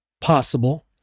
Possible